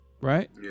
right